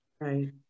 Right